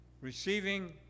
Receiving